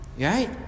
Right